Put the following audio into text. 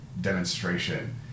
demonstration